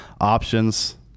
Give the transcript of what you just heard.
options